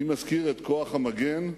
אני מזכיר את כוח המגן,